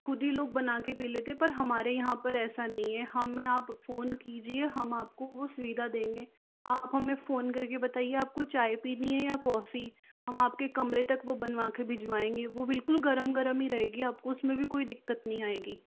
ख़ुद ही लोग बना कर पी लेते हैं पर हमारे यहाँ पर ऐसा नी है हमें आप फोन कीजिए हम आपको वो सुविधा देंगे आप हमें फोन करके बताइए चाय पीनी है या कॉफी हम आप के कमरे तक वह बनवा कर भिजवाएंगे वो गरम गरम ही रहेगी आपको उसमें भी आपको दिक्कत नहीं आएगी